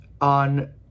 on